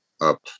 up